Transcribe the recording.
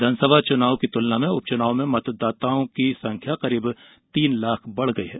विधानसभा चुनाव की तुलना में उपच्चनाव में मतदाताओं की संख्या करीब तीन लाख बढ़ गई है